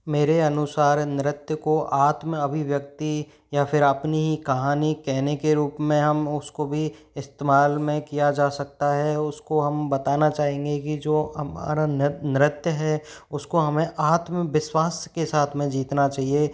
मेरे अनुसार नृत्य को आत्म अभिव्यक्ति या फिर अपनी ही कहानी कहने के रूप में हम उसको भी इस्तेमाल में किया जा सकता है उसको हम बताना चाहेंगे कि जो हमारा नृत्य है उसको हमें आत्मविश्वास के साथ में जीतना चाहिए